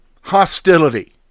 hostility